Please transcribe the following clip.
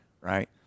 right